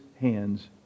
hands